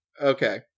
okay